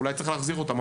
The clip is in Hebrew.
ואולי צריך להחזיר אותם,